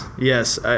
Yes